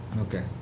Okay